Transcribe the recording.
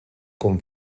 com